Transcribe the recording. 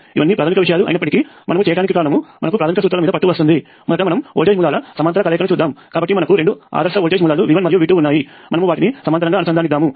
ఇవన్నీ ప్రాథమిక విషయాలు అయినప్పటికీ మనము చేయటానికి కారణము మనకు ప్రాథమిక సూత్రాల మీద పట్టు వస్తుంది మొదట మనము వోల్టేజ్ మూలాల సమాంతర కలయికను చూద్దాం కాబట్టి మనకు రెండు ఆదర్శ వోల్టేజ్ మూలాలు V1మరియు V2 ఉన్నాయి మనము వాటిని సమాంతరంగా అనుసంధానిద్దాము